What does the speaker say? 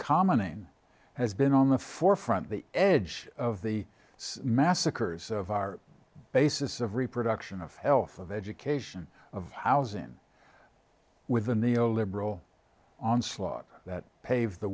common in has been on the forefront the edge of the massacres of our bases of reproduction of health of education of housing with the neo liberal onslaught that paved the